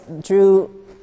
drew